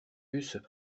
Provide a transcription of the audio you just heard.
fussent